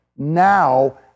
now